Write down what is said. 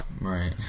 right